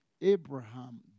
Abraham